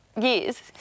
years